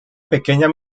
pequeña